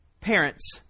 parents